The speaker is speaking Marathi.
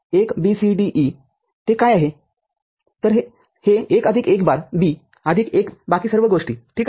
तर हे १ आदिक १ बार B आदिक १ बाकी सर्व गोष्टी ठीक आहे